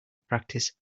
practice